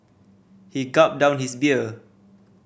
he gulped down his beer